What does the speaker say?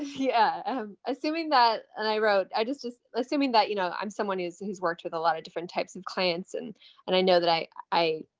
yeah. i'm assuming that, and i wrote, i just, just assuming that, you know, i'm someone who's, who's worked with a lot of different types of clients, and and i know that i, i.